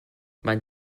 man